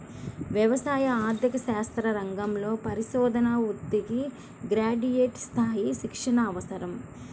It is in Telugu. వ్యవసాయ ఆర్థిక శాస్త్ర రంగంలో పరిశోధనా వృత్తికి గ్రాడ్యుయేట్ స్థాయి శిక్షణ అవసరం